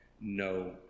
no